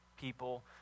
people